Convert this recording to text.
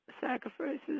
sacrifices